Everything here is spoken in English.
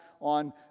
on